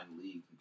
league